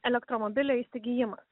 elektromobilio įsigijimas